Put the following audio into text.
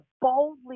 boldly